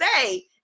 say